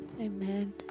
Amen